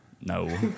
No